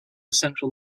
central